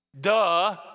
Duh